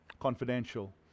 confidential